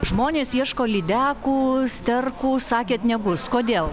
žmonės ieško lydekų sterkų sakėt nebus kodėl